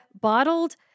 bottled